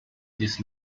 this